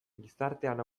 gizartean